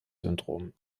syndrom